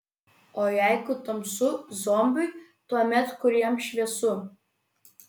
o jeigu tamsu zombiui tuomet kur jam šviesu